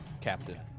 captain